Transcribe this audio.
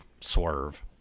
Swerve